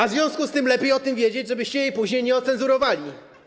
W związku z tym lepiej o tym wiedzieć, żebyście jej później nie ocenzurowali.